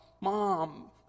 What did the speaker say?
mom